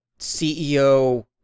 ceo